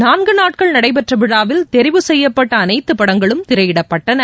நான்கு நாட்கள் நடைபெற்ற விழாவில் தெரிவு செய்யப்பட்ட அனைத்து படங்களும் திரையிடப்பட்டன